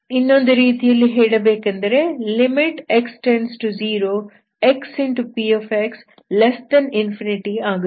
ಇನ್ನೊಂದು ರೀತಿಯಲ್ಲಿ ಹೇಳಬೇಕೆಂದರೆ x→0 xpx∞ ಆಗುತ್ತದೆ